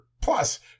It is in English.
plus